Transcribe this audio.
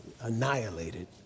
annihilated